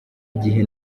gihe